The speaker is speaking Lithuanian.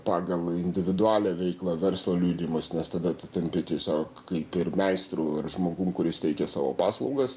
pagal individualią veiklą verslo liudijimus nes tada tu tampi tiesiog kaip ir meistru ar žmogum kuris teikia savo paslaugas